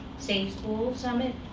safe school summit,